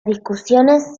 discusiones